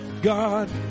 God